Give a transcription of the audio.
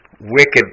wicked